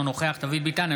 אינו נוכח דוד ביטן,